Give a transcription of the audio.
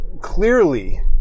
clearly